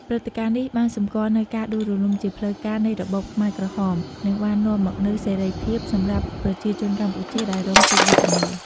ព្រឹត្តិការណ៍នេះបានសម្គាល់នូវការដួលរលំជាផ្លូវការនៃរបបខ្មែរក្រហម និងបាននាំមកនូវសេរីភាពសម្រាប់ប្រជាជនកម្ពុជាដែលរងទុក្ខវេទនា។